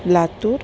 Latur